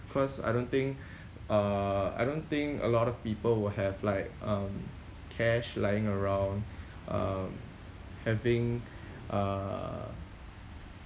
cause I don't think uh I don't think a lot of people will have like um cash lying around um having uh